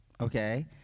Okay